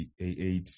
a8